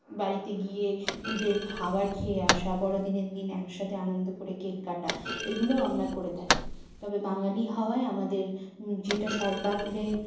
বাড়িতে গিয়ে ঈদের খাবার খেয়ে আসা বড়দিনের দিন একসাথে আনন্দ করে কেক কাটা এগুলোও আমরা করে থাকি তবে বাঙালি হওয়ায় আমাদের যেটা সর্বাগ্রে